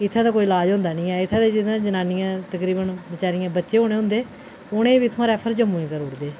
इत्थै ते कोई लाज होंदा नेईं ऐ इत्थै दियां जनानियां तकरीबन जि'नें गी बच्चे होने होंदे उ'नें ई बी इत्थूं रैफर जम्मू गी करी ओड़दे